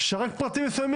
שיעבירו רק פרטים מסוימים,